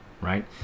Right